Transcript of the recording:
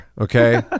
okay